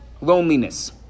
loneliness